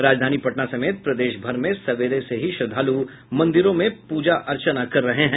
राजधानी पटना समेत प्रदेश भर में सवेरे से ही श्रद्धालु मंदिरों में प्रजा अर्चना कर रहे हैं